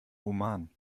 oman